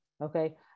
okay